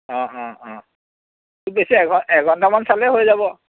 অ' অ' অ' খুব বেছি এঘ এঘন্টামান চালে হৈ যাব